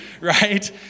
right